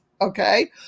Okay